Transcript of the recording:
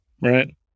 Right